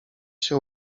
się